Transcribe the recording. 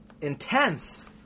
intense